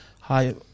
Hi